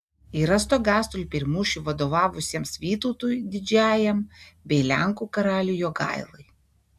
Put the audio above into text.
yra stogastulpiai ir mūšiui vadovavusiems vytautui didžiajam bei lenkų karaliui jogailai